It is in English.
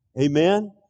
Amen